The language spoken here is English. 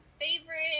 Favorite